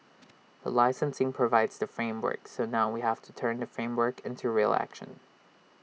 the licensing provides the framework so now we have to turn the framework into real action